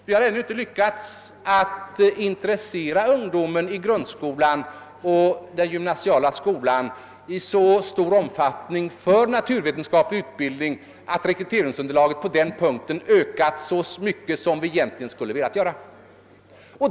Vi har ännu inte lyckats intressera ungdomen i grundskolan och i den gymnasiala skolan i så stor omfattning för naturvetenskaplig utbildning, att rekryteringsunderlaget ökat så mycket som vi egentligen hade önskat.